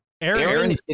Aaron